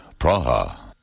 Praha